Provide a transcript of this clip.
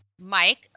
Mike